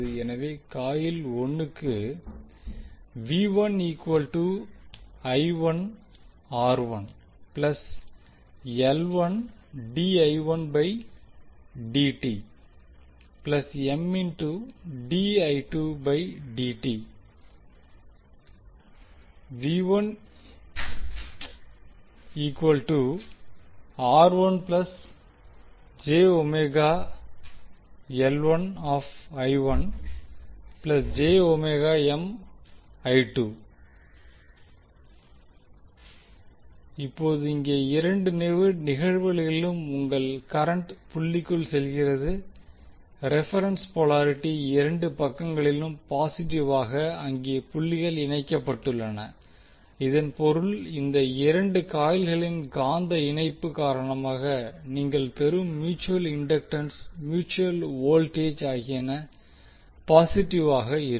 எனவே காயில் 1 க்கு இப்போது இங்கே இரண்டு நிகழ்வுகளிலும் உங்கள் கரண்ட் புள்ளிக்குள் செல்கிறது ரெபரென்ஸ் போலாரிட்டி இரண்டுபக்கங்களிலும் பாசிட்டிவாக அங்கே புள்ளிகள் இணைக்கப்பட்டுள்ளன இதன் பொருள் இந்த இரண்டு காயில்களின் காந்த இணைப்பு காரணமாக நீங்கள் பெறும் மியூட்சுவல் இன்டக்டன்ஸ் மியூட்சுவல் வோல்டேஜ் ஆகியன பாசிட்டிவாக இருக்கும்